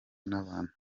n’abantu